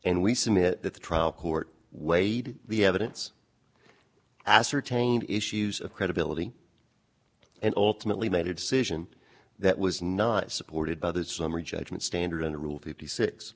submit that the trial court weighed the evidence ascertain issues of credibility and ultimately made a decision that was not supported by the summary judgment standard in the rule fifty six